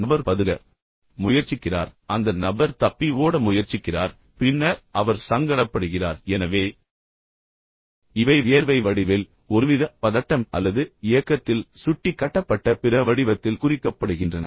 நபர் பதுங்க முயற்சிக்கிறார் அந்த நபர் தப்பி ஓட முயற்சிக்கிறார் பின்னர் அவர் சங்கடப்படுகிறார் எனவே இவை வியர்வை வடிவில் ஒருவித பதட்டம் அல்லது இயக்கத்தில் சுட்டிக்காட்டப்பட்ட பிற வடிவத்தில் குறிக்கப்படுகின்றன